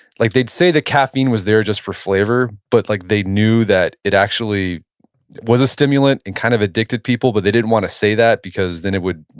like they'd say that caffeine was there just for flavor, but like they knew that it actually was a stimulant and kind of addicted people, but they didn't wanna say that because then it would,